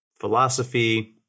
philosophy